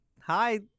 Hi